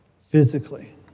physically